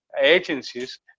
agencies